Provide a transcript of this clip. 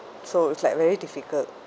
so it's like very difficult